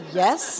yes